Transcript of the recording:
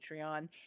Patreon